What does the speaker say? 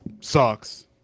sucks